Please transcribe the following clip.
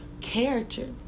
character